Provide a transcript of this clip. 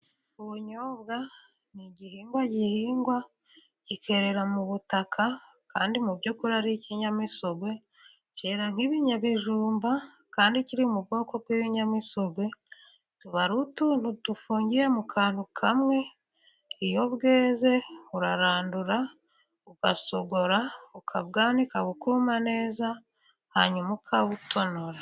Ubunyobwa ni igihingwa gihingwa kikerera mu butaka kandi mu by'ukuri ari ikinyamisogwe. Kera nk'ibinyabijumba kandi kiri mu bwoko kw'ibinyamisogwe, tuba ari utuntu dufungiye mu kantu kamwe iyo bweze urarandura, ugasogo ukabwanika bukuma neza hanyuma ukabutonora.